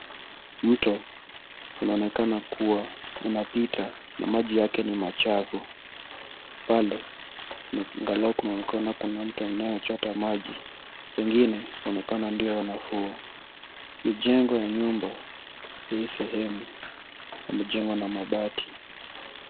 Mto unaonekana kuwa unapita na maji yake ni machafu, pale angalau kunaonekana kuna mtu ambaye anachota maji. Wengine wanaonekana ndio wanafua. Mijengo ya nyumba, hii sehemu yamejengwa na mabati.